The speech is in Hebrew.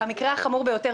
המקרה החמור ביותר,